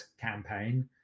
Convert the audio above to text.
campaign